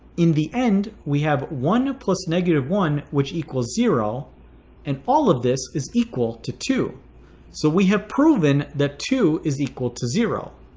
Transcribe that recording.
in the end we have one plus negative one which equals zero and all of this is equal to two so we have proven that two is equal to zero?